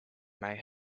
may